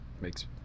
makes